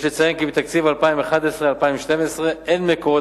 יש לציין כי בתקציב 2011 2012 אין מקורות